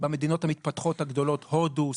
במדינות המתפתחות הגדולות הודו,